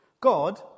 God